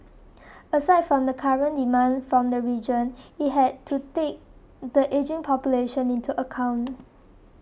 aside from the current demand from the region it had to take the ageing population into account